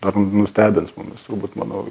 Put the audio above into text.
dar nustebins mumis turbūt manau